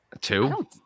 two